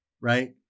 Right